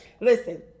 Listen